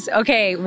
okay